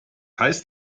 heißt